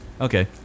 Okay